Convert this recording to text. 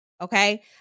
okay